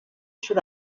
sud